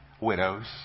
widows